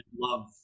love